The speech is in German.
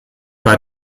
bei